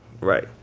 right